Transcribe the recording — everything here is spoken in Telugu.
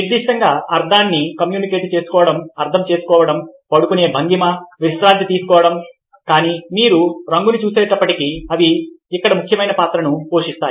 నిర్దిష్టంగా అర్థాన్ని కమ్యూనికేట్ చేసుకోవడం అర్థం చేసుకోవడం పడుకునే భంగిమ విశ్రాంతి తీసుకోవడం కానీ మీరు రంగును చూసినప్పటికీ అవి ఇక్కడ ముఖ్యమైన పాత్ర పోషిస్తాయి